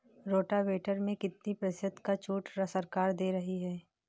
Rotavator में कितनी प्रतिशत का छूट सरकार दे रही है?